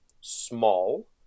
small